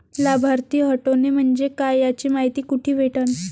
लाभार्थी हटोने म्हंजे काय याची मायती कुठी भेटन?